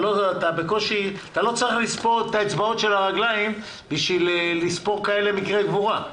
אתה לא צריך לספור את האצבעות של הרגליים בשביל לספור כאלה מקרי גבורה.